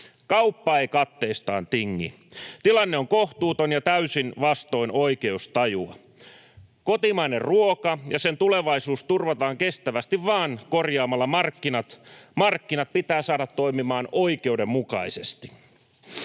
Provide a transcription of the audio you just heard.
Kauppa ei katteistaan tingi. Tilanne on kohtuuton ja täysin vastoin oikeustajua. Kotimainen ruoka ja sen tulevaisuus turvataan kestävästi vain korjaamalla markkinat. Markkinat pitää saada toimimaan oikeudenmukaisesti.